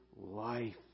life